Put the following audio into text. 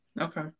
Okay